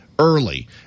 Early